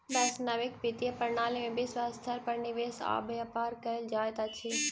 वैश्विक वित्तीय प्रणाली में विश्व स्तर पर निवेश आ व्यापार कयल जाइत अछि